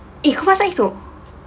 eh kuasa itu